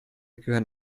gehören